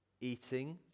Eating